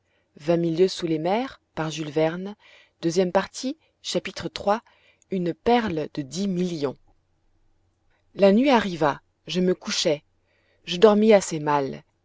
iii une perle de dix millions la nuit arriva je me couchai je dormis assez mal